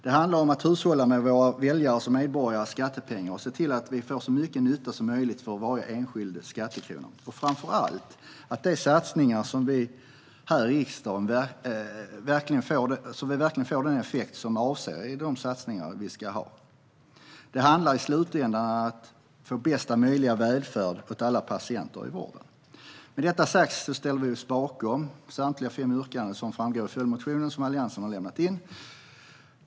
Det handlar om att hushålla med våra väljares och medborgares skattepengar och se till att vi får så mycket nytta som möjligt för varje enskild skattekrona och framför allt att de satsningar som vi beslutar om här i riksdagen verkligen får den effekt som vi avsett att satsningarna ska få. Det handlar i slutändan om att få bästa möjliga välfärd åt alla patienter i vården. Med detta sagt ställer vi oss bakom samtliga fem yrkanden som framgår i den följdmotion som Alliansen har lämnat in.